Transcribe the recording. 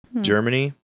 Germany